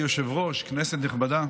אדוני היושב-ראש, כנסת נכבדה,